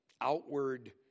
outward